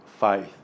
faith